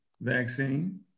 vaccine